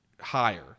higher